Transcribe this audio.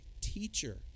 teacher